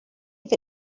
eve